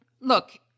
Look